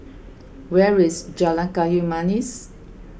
where is Jalan Kayu Manis